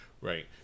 Right